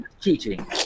Cheating